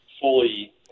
fully